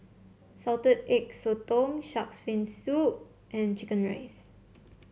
Salted Egg Sotong shark's fin soup and chicken rice